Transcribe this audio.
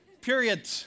period